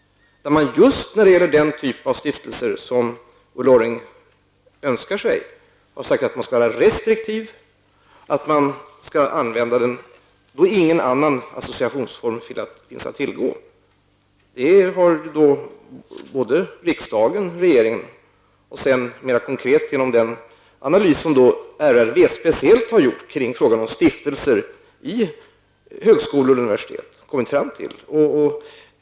När det gäller just den typen av stiftelser som Ulla Orring önskar framgår det i propositionen att man skall vara restriktiv och att dessa skall användas när ingen annan associationsform finns att tillgå. Det har riksdag och regering också mer konkret med hjälp av den analys som RRV har gjort om frågan om stiftelser i högskolor och universitet kommit fram till.